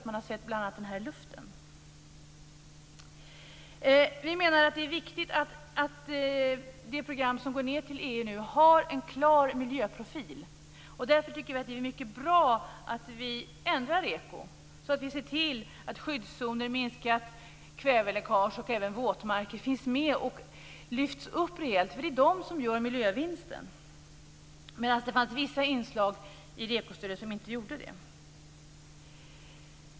Man har sett den här luften. Det är viktigt att det förslag till program som nu går ned till EU har en klar miljöprofil. Därför tycker vi att det är mycket bra att vi ändrar REKO och ser till att skyddszoner, minskat kväveläckage och även våtmarker finns med och lyfts upp rejält. Det är de som gör miljövinsten. Det fanns vissa inslag i REKO stödet som inte gjorde det.